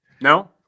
no